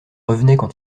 revenaient